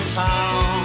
town